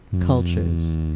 cultures